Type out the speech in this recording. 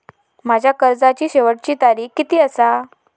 माझ्या कर्जाची शेवटची तारीख किती आसा?